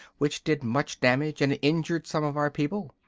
which did much damage and injured some of our people.